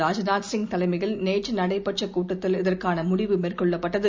ராஜ்நாத் சிங் தலைமையில் நேற்று நடைபெற்ற கூட்டத்தில் இதற்காள முடிவு மேற்கொள்ளப்பட்டது